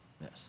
Yes